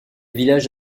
villages